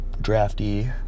drafty